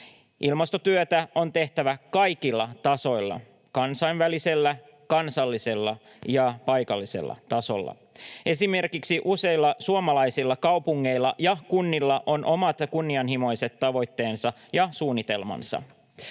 Ilmastotyötä on tehtävä kaikilla tasoilla — kansainvälisellä, kansallisella ja paikallisella tasolla. Esimerkiksi useilla suomalaisilla kaupungeilla ja kunnilla on omat kunnianhimoiset tavoitteensa ja suunnitelmansa.